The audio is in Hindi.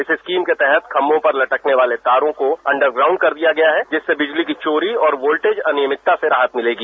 इस स्कीम के तहत खम्बों पर लटकने वाले तारों को अंडर ग्राउंड कर दिया गया है जिससे बिजली की चोरी और वोल्टेज अनियमित्ता से राहत मिलेगी